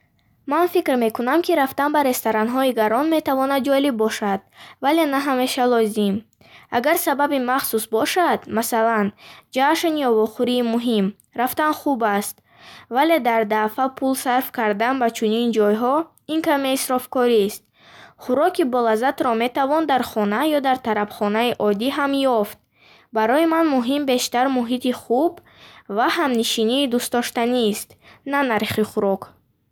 Ман фикр мекунам, ки рафтан ба ресторанҳои гарон метавонад ҷолиб бошад, вале на ҳамеша лозим. Агар сабаби махсус бошад, масалан, ҷашн ё вохӯрии муҳим, рафтан хуб аст. Вале ҳар дафъа пул сарф кардан ба чунин ҷойҳо, ин каме исрофкорист. Хӯроки болаззатро метавон дар хона ё дар тарабхонаи оддӣ ҳам ёфт. Барои ман муҳими бештар муҳити хуб ва ҳамнишинии дӯстдоштанист, на нархи хӯрок.